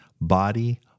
body